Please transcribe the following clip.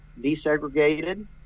desegregated